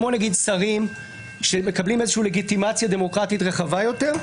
כמו נגיד שרים שמקבלים לגיטימציה דמוקרטית רחבה יותר,